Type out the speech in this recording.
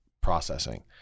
processing